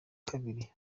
kabiri